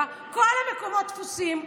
כל המקומות תפוסים.